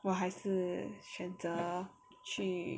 我还是选择去